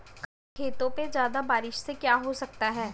खेतों पे ज्यादा बारिश से क्या हो सकता है?